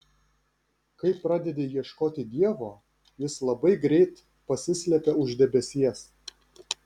kai pradedi ieškoti dievo jis labai greit pasislepia už debesies